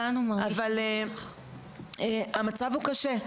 אבל המצב הוא קשה.